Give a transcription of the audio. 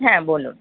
হ্যাঁ বলুন